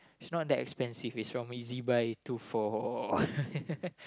its not that expensive its normal ezbuy to for